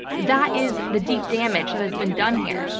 that is the deep damage that has been done here.